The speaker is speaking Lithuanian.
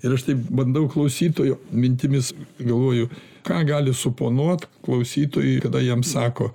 ir aš taip bandau klausytojo mintimis galvoju ką gali suponuot klausytojai kada jiem sako